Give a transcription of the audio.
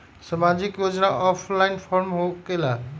समाजिक योजना offline form होकेला?